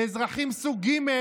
ואזרחים סוג ג',